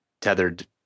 tethered